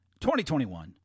2021